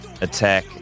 Attack